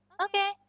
Okay